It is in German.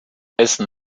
essen